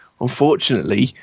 Unfortunately